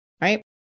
right